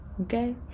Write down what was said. okay